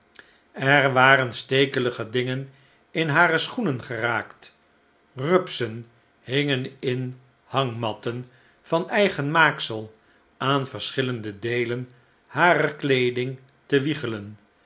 er waren stekelige dingen in hare schoenen geraakt rupsen hingen in hangroatten van eigen maaksel aan verschillende deelen harer kleeding te wiegelen